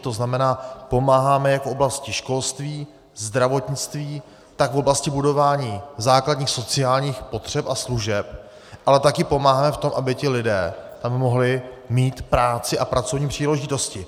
To znamená, pomáháme jak v oblasti školství, zdravotnictví, tak v oblasti budování základních sociálních potřeb a služeb, ale také pomáháme v tom, aby ti lidé tam mohli mít práci a pracovní příležitosti.